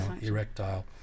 erectile